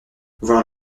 voir